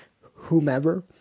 whomever